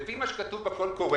לפי מה שכתוב בקול קורא